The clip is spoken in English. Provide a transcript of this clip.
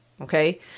Okay